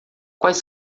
quais